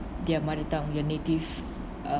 their mother tongue their native uh